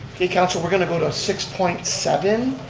council, we're going to go to six point seven,